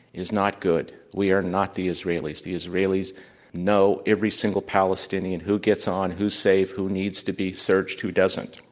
is not good. we are not the israelis. the israelis know every single palestinian, who gets on, who's safe, who needs to be searched, who doesn't.